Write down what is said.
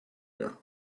air